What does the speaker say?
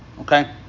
okay